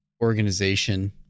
organization